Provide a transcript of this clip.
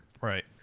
Right